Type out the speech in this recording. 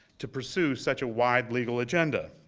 to pursue such a wide legal agenda.